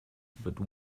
but